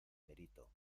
merito